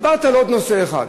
דיברת על עוד נושא אחד: